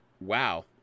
Wow